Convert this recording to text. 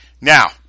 Now